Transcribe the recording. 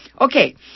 Okay